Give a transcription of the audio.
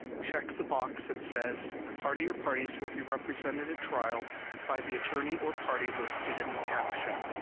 check the box that says the party or parties will be represented at trial by the attorney or party listed in the caption.